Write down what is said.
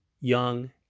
young